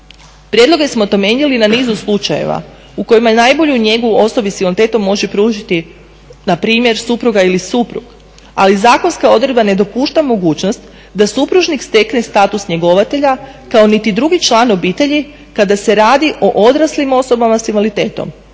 Prijedloge smo temeljili na nizu slučajeva u kojima najbolju njegu osobi s invaliditetom može pružiti npr. supruga ili suprug ali zakonska odredba ne dopušta mogućnost da supružnik stekne status njegovatelja kao niti drugi član obitelji kada se radi o odraslim osobama s invaliditetom